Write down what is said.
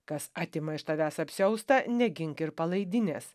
kas atima iš tavęs apsiaustą negink ir palaidinės